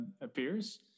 appears